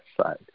side